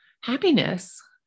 happiness